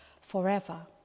forever